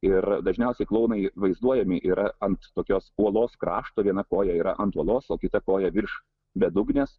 ir dažniausiai klounai vaizduojami yra ant tokios uolos krašto viena koja yra ant uolos o kita koja virš bedugnės